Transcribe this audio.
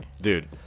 dude